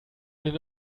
den